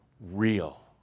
real